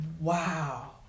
Wow